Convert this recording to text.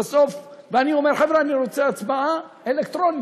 ובסוף אני אומר: חבר'ה, אני רוצה הצבעה אלקטרונית.